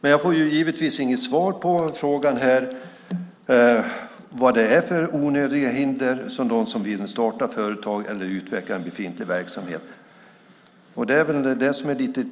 Men jag får givetvis inget svar på frågan här vad det är för onödiga hinder för dem som vill starta företag eller utveckla en befintlig verksamhet. Det är det som är lite